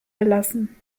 belassen